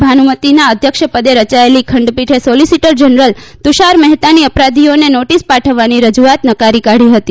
ભાનુમતિના અધ્યક્ષપદે રયાયેલી ખંડપીઠે સોલીસીટર જનરલ તુષાર મહેતાની અપરાધીઓને નોટીસ પાઠવવાની રજૂઆત નકારી કાઢી હતી